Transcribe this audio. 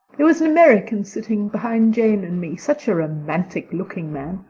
there was an american sitting behind jane and me such a romantic-looking man,